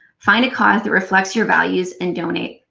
find a cause that reflects your values and donate.